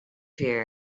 here